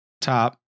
Top